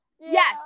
yes